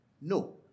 No